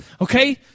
Okay